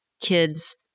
kids